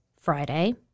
Friday